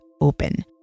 Open